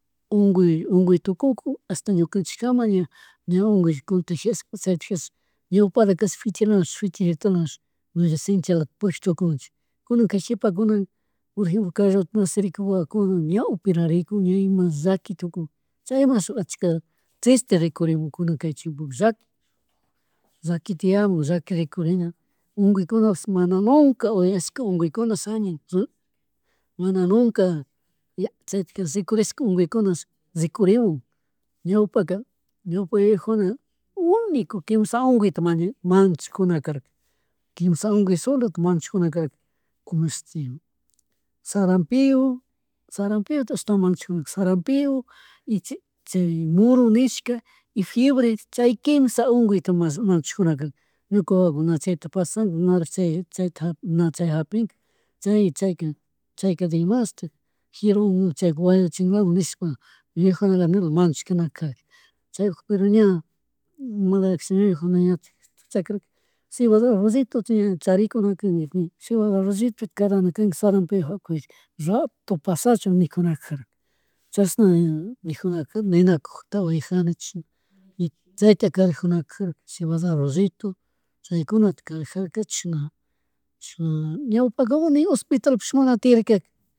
Unguy, unguy tukuku ashta ñukanchik kakam ña ungu contagiashka chaytikarish ñawpala kashpa fichila fichitala shinchilata purrishtucunchik kunaka jipakuna, por ejemplo kay rato nacerikun wawakuna ña operarikun ña ima llaki tukun chayma shuk allcha triste rikurimun kunan kay chimpopish llaki, llakitiyamun, llakirikurina, unguykunapish mana nunca uyashka unguykuna mana nunka chaytijarish rikurishka unguikunash rikuriwan ñawpaka, ñawpa yayakuna uniku quimsha unkuyta manchayjunakarka kimsha unkuykunta solo manchajunakaraka mashti saranpion, saranpion ashtawan manchajunakarka, saranpeon y chay muru nishka y fiebre chay quimsha unguyta mas manchajunakarak, ñuka wawakuna chayta pasna nari chay na japika chay, chayka chayka desamashtik jiru chayka wañuchilami nishpa viejo manchashkunakag chaypuk pero ña imalaya kasha yuyakuna yachan chaykuna cebada arrocito, chay ña charikuna kan yaku, cebada arrocito cada saranpeon hapijika rato pashakun nijunakarka chashna nijunarkarka, ninakugta uyarjani chishna y chayta karagjunakarka cebada arrozllito chaykunata karajarka chishna chishna ñawpaka ni hospital pish mana tiyarkarka.